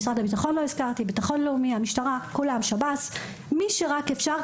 מי שרק אפשר,